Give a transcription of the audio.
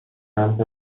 سمت